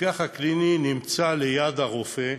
הרוקח הקליני נמצא ליד הרופא.